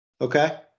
Okay